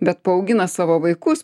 bet paaugina savo vaikus